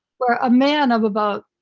where a man of about,